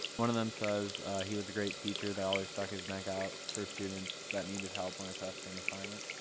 one of them says he was a great great teacher that always stuck his neck out for students that needed help on a test or an assignment.